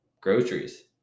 groceries